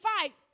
fight